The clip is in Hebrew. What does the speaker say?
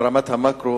חבר הכנסת רוני בר-און.